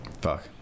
Fuck